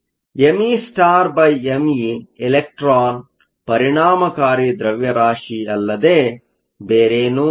meme electron ಪರಿಣಾಮಕಾರಿ ದ್ರವ್ಯರಾಶಿಯಲ್ಲದೆ ಬೇರೇನೂ ಅಲ್ಲ